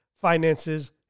finances